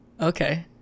okay